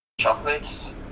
chocolates